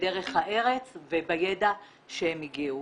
בדרך הארץ ובידע שהם הגיעו,